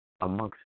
amongst